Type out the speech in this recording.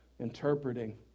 interpreting